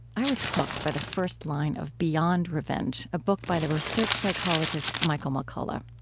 i was hooked by the first line of beyond revenge a book by the research psychologist michael mccullough.